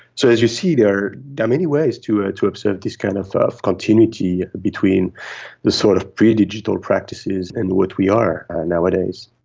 so as you see, there are many ways to ah to observe this kind of of continuity between the sort of pre-digital practices and what we are nowadays.